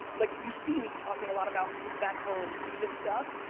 like you see me talking a lot about move back home, do this stuff,